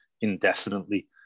indefinitely